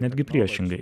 netgi priešingai